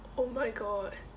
oh my god